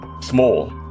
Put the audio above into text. small